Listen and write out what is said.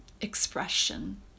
expression